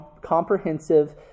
comprehensive